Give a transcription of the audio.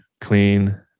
clean